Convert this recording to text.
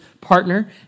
partner